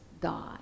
God